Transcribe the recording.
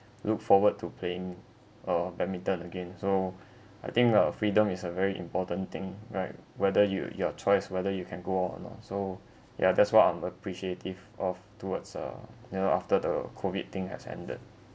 look forward to playing uh badminton again so I think a freedom is a very important thing right whether you your choice whether you can go out or not so ya that's what I'm appreciative of towards uh you know after the COVID thing has ended